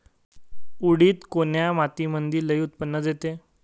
उडीद कोन्या मातीमंदी लई उत्पन्न देते?